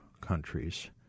countries